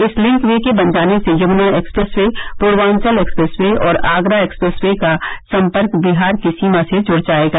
इस link way के दन जाने से Yamuna expressway Purvanchal expressway और आगरा एक्सप्रेस वे का सम्पर्क बिहार की सीमा से जुड़ जाएगा